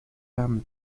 family